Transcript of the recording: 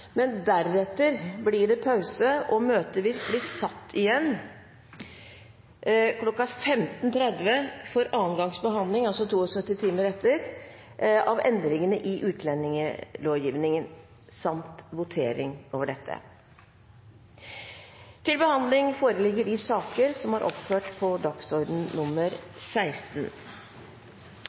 Men deretter blir det pause, og møtet vil bli satt igjen kl. 15.30 for andre gangs behandling – altså 72 timer etter første gangs behandling – av endringene i utlendingslovgivningen samt votering over dette.